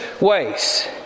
ways